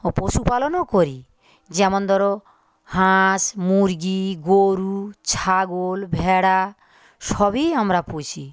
ও পশুপালনও করি যেমন ধরো হাঁস মুরগী গরু ছাগল ভেড়া সবই আমরা পুষি